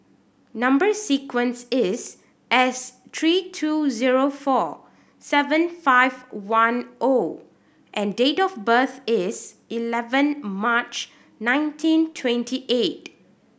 number sequence is S three two zero four seven five one O and date of birth is eleven March nineteen twenty eight